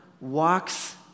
walks